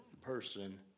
person